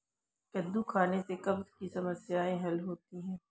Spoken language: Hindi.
कद्दू खाने से कब्ज़ की समस्याए हल होती है